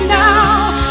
now